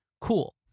cool